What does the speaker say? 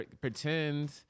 pretend